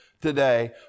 today